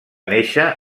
néixer